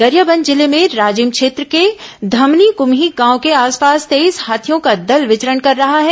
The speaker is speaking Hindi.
गरियाबंद जिले में राजिम क्षेत्र के धमनी कुम्ही गांव के आसपास तेईस हाथियों का दल विचरण कर रहा है